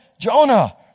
Jonah